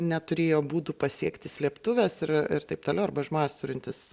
neturėjo būdų pasiekti slėptuvės ir ir taip toliau arba žmonės turintys